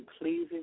pleasing